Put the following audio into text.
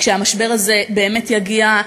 כשהמשבר הזה באמת יגיע,